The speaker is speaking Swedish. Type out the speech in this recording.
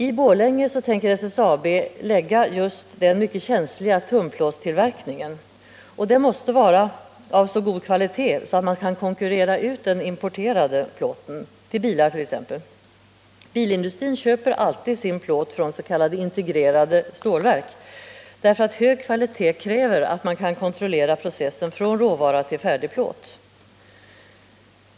I Borlänge tänker SSAB lägga just den mycket känsliga tunnplåtstillverkningen. Och den plåten måste vara av så god kvalitet att man kan konkurrera ut den importerade plåten, exempelvis när det gäller biltillverkning. Bilindustrin köper alltid sin plåt från s.k. integrerade stålverk därför att hög kvalitet kräver att man kan kontrollera processen från råvara till färdig plåt.